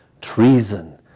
treason